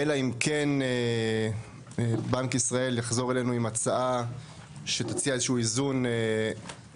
אלא אם כן בנק ישראל יחזור אלינו עם הצעה שתציע איזשהו איזון אחר,